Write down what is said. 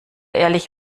ehrlich